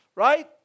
Right